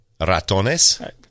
ratones